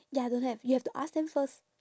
ya don't have you have to ask them first